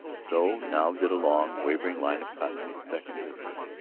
so now did a long, wavering line of cottonwoods beckon to her.